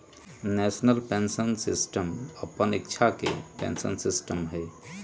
national pension system अप्पन इच्छा के पेंशन सिस्टम हइ